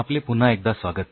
आपले पुन्हा एकदा स्वागत